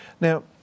Now